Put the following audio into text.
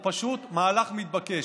הוא פשוט מהלך מתבקש,